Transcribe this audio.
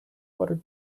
water